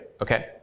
Okay